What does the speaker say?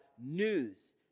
news